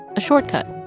a shortcut